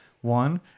One